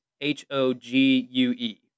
H-O-G-U-E